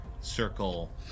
circle